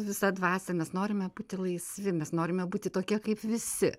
visą dvasią mes norime būti laisvi mes norime būti tokia kaip visi